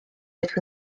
oedd